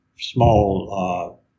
small